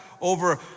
over